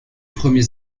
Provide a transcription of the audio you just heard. premiers